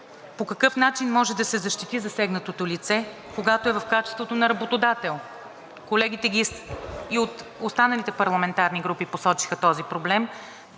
По какъв начин може да се защити засегнатото лице, когато е в качеството на работодател? Колегите и от останалите парламентарни групи посочиха този проблем.